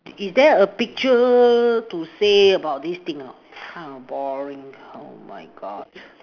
is there a picture to say about these thing or not kind of boring oh my God